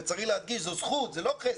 וצריך להדגיש, זאת זכות ולא חסד.